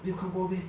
没有看过 meh